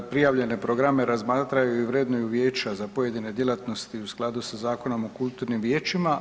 Prijavljene programe razmatraju i vrednuju vijeća za pojedine djelatnosti u skladu sa Zakonom o kulturnim vijećima.